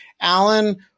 Alan